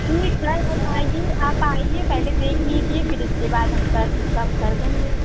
ठीक है आप आइये आप आइये पहले देख लीजिये फिर इसके बाद हम कर कम कर देंगे